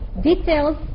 details